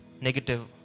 negative